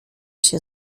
się